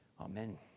Amen